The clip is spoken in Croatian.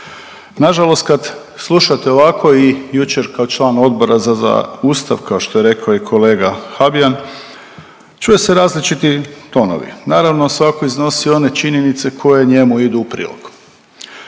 Na žalost kad slušate ovako i jučer kao član Odbora za Ustav kao što je rekao i kolega Habijan čuju se različiti tonovi. Naravno svatko iznosi one činjenice koje njemu idu u prilog.